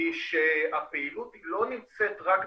היא שהפעילות לא נמצאת רק בישראל,